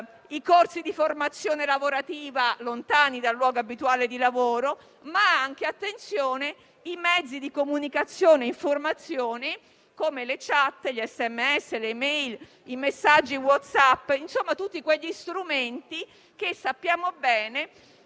i corsi di formazione lavorativa lontani dal luogo abituale di lavoro, ma anche i mezzi di comunicazione e informazione come le *chat*, gli *sms*,le *e-mail*, i messaggi WhatsApp, cioè tutti quegli strumenti che, come sappiamo bene,